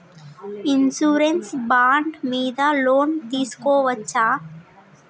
Insurance bond మీద loan తీస్కొవచ్చా?